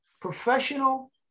Professional